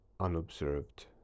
unobserved